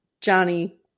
Johnny